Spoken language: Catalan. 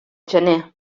gener